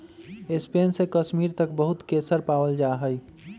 Spain से कश्मीर तक बहुत केसर पावल जा हई